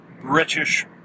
British